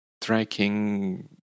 tracking